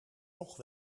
toch